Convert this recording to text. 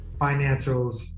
financials